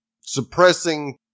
suppressing